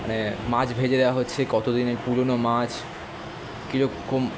মানে মাছ ভেজে দেওয়া হচ্ছে কতদিনের পুরনো মাছ কী রকম